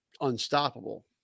unstoppable